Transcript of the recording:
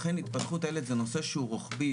אכן התפתחות הילד זה נושא שהוא רוחבי,